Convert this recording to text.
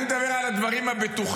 אני מדבר על הדברים הבטוחים,